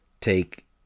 take